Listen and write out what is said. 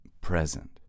present